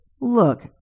Look